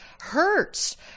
hurts